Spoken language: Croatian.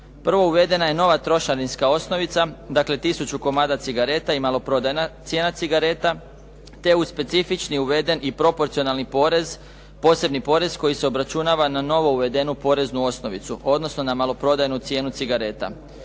Prvo, uvedena je nova trošarinska osnovica, dakle 1000 komada cigareta i maloprodajna cijena cigareta, te specifični uveden i proporcionalni porez, posebni porez koji se obračunava na novo uvedenu poreznu osnovicu, odnosno na maloprodajnu cijenu cigareta.